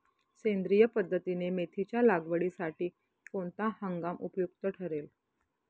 सेंद्रिय पद्धतीने मेथीच्या लागवडीसाठी कोणता हंगाम उपयुक्त ठरेल?